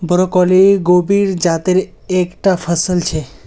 broccoli गोभीर जातेर एक टा फसल छे